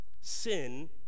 Sin